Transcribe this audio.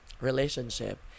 relationship